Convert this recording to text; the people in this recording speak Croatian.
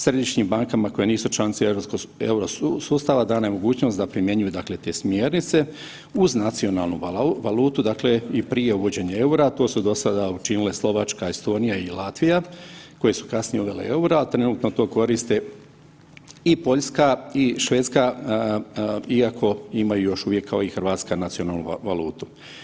Središnjim bankama koje nisu članice euro sustava dana je mogućnost da primjenjuju, dakle te smjernice uz nacionalnu valutu, dakle i prije uvođenja EUR-a, a to su dosada učinile Slovačka, Estonija i Latvija koje su kasnije uvele EUR-o, a trenutno to koriste i Poljska, i Švedska iako imaju još uvijek kao i RH nacionalnu valutu.